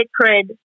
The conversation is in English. sacred